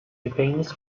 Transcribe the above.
gefängnis